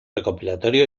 recopilatorio